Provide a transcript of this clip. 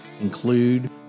include